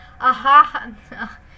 Aha